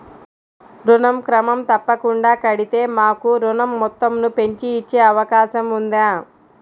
ఋణం క్రమం తప్పకుండా కడితే మాకు ఋణం మొత్తంను పెంచి ఇచ్చే అవకాశం ఉందా?